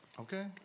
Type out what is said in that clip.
Okay